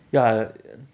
ya